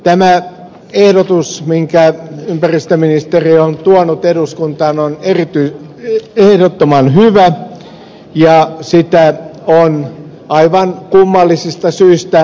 tämä ehdotus minkä ympäristöministeriö on tuonut eduskuntaan on ehdottoman hyvä ja sitä on aivan kummallisista syistä vastustettu